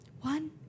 One